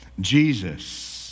Jesus